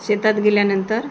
शेतात गेल्यानंतर